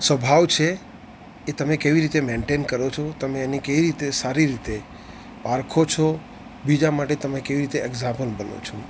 સ્વભાવ છે એ કેવી રીતે તમે મેઇન્ટેન કરો છો તમે એને કેવી રીતે સારી રીતે પારખો છો બીજા માટે તમે કેવી રીતે એક્ઝાપલ બનો છો